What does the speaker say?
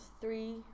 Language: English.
three